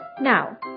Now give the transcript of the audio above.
Now